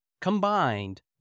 combined